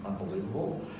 Unbelievable